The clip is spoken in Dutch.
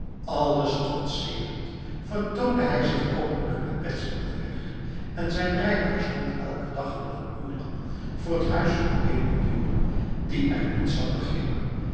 alles trotserend vertoonde hij zich openlijk met betsy op de weg en zijn rijtuig stond elke dag wel een uur lang voor het huis van de weduwe duhr die er niets van begreep